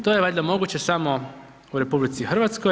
To je valjda moguće samo u RH.